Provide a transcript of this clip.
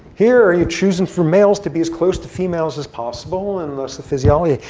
here you're choosing for males to be as close to females as possible, and thus the physiology.